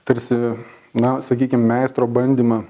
tarsi na sakykim meistro bandymą